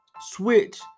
switch